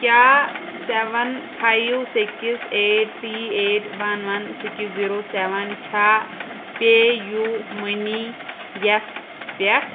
کیٛاہ seven five six eight three eight one one six zero seven چھا پے یوٗ مٔنی یَس پٮ۪ٹھ